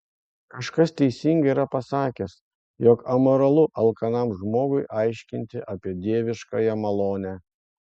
kažkas teisingai yra pasakęs jog amoralu alkanam žmogui aiškinti apie dieviškąją malonę